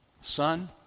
son